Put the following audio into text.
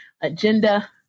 agenda